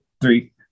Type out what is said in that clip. three